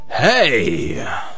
Hey